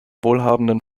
wohlhabenden